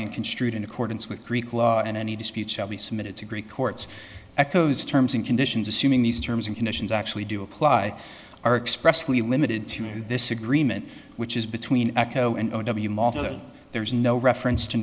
and construed in accordance with greek law and any disputes shall be submitted to great courts echo's terms and conditions assuming these terms and conditions actually do apply are expressly limited to this agreement which is between echo and o w malta there is no reference to